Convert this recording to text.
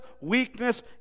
weakness